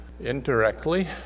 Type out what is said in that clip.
indirectly